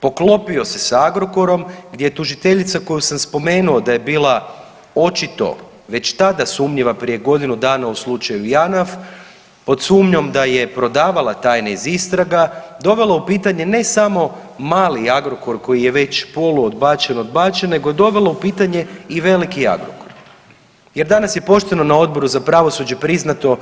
Poklopio se s Agrokorom gdje je tužiteljica koju sam spomenuo da je bila očito već tada sumnjiva prije godinu dana u slučaju JANAF pod sumnjom da je prodavala tajne iz istraga dovela u pitanje ne samo mali Agrokor koji je već poluodbačen, odbačen nego je dovela u pitanje i veliki Agrokor jer danas je pošteno na Odboru za pravosuđe priznato